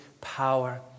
power